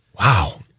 wow